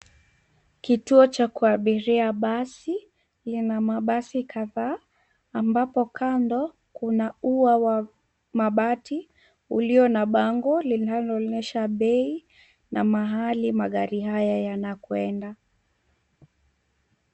Kituo cha kuabiria basi lina mabasi kadhaa, ambapo kando kuna ua wa mabati ulio na bango linaloonyesha bei na mahali magari hayo yanakoenda.